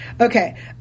Okay